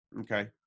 Okay